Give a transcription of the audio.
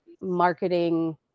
marketing